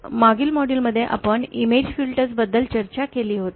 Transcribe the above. आणि मागील मॉड्यूलमध्ये आपण इमेज फिल्टर्स बद्दल चर्चा केली होती